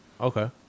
Okay